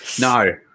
No